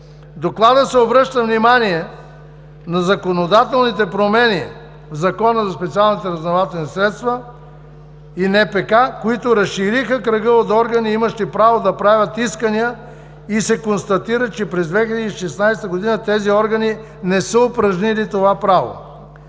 Доклада се обръща внимание на законодателните промени в Закона за специалните разузнавателни средства и НПК, които разшириха кръга от органи, имащи право да правят искания, и се констатира, че през 2016 г. тези органи не са упражнили това право.